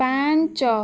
ପାଞ୍ଚ